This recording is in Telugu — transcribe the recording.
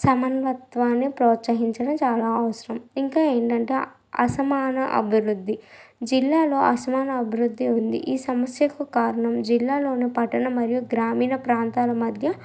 సమాన్వత్వాన్ని ప్రోత్సహించడం చాలా అవసరం ఇంకా ఏంటి అంటే అసమాన అభివృద్ధి జిల్లాలో అసమాన అభివృద్ధి ఉంది ఈ సమస్యకు కారణం జిల్లాలోని పట్టణ మరియు గ్రామీణ ప్రాంతాల మధ్య